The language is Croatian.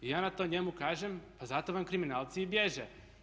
I ja na to njemu kažem pa zato vam kriminalci i bježe.